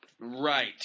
Right